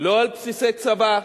לא על בסיסי צבא,